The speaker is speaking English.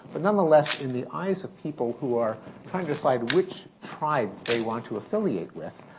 but, nonetheless, in the eyes of people who are trying to decide which tribe they want to affiliate with,